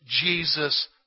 Jesus